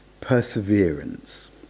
perseverance